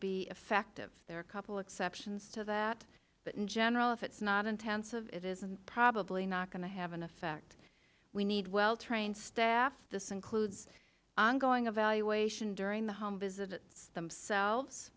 be effective there are a couple exceptions to that but in general if it's not intensive it isn't probably not going to have an effect we need well trained staff this includes ongoing evaluation during the home visits themselves